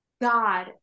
god